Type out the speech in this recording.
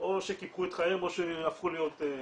או שקיפחו את חייהם או שהפכו להיות נכים,